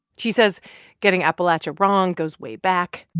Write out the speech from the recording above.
she says getting appalachia wrong goes way back.